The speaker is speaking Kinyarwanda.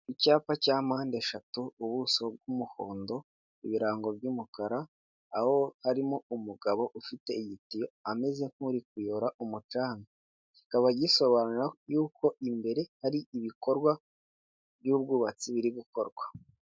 Icyapa cya mpande eshatu, ubuso bw'umuhondo, ibirango by'umukara, aho harimo umugabo ufite igitiyo ameze nk'uri kuyora umucanga, kikaba gisobanura y'uko imbere hari ibikorwa by'ubwubatsi biri gukorwa.